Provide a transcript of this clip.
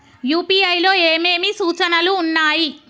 UPI లో ఏమేమి సూచనలు ఉన్నాయి?